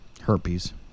Herpes